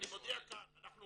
אני מודיע כאן, אנחנו